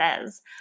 says